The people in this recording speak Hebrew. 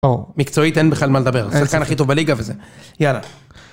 מקצועית אין בכלל מה לדבר, זה השחקן הכי טוב בליגה וזה. יאללה.